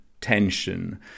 tension